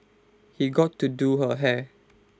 he got to do her hair